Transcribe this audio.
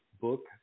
book